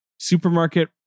supermarket